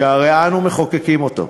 שהרי אנו מחוקקים אותו,